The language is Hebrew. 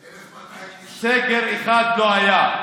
1,200 איש, סגר אחד לא היה.